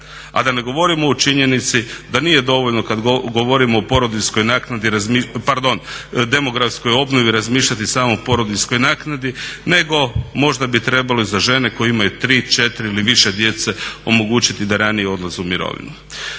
A da ne govorimo o činjenici da nije dovoljno kada govorimo o porodiljskoj naknadi, pardon, demografskoj obnovi razmišljati samo o porodiljskoj naknadi nego možda bi trebalo za žene koje imaju 3, 4 ili više djece omogućiti da ranije odlaze u mirovinu.